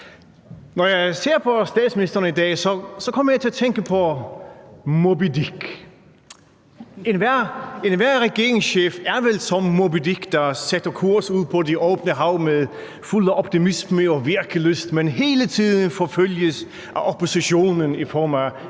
Når jeg ser på statsministeren i dag, kommer jeg til at tænke på Moby Dick. Enhver regeringschef er vel som Moby Dick, der sætter kurs ude på det åbne hav fuld af optimisme og virkelyst, men hele tiden forfølges af oppositionen i form af